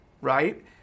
right